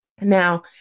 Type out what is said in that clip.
Now